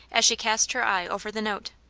as she cast her eye over the note.